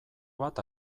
bat